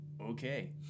okay